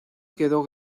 quedó